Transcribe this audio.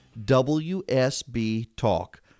WSB-TALK